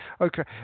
okay